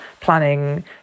planning